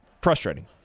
Frustrating